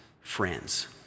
friends